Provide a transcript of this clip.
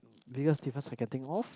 biggest difference I can think of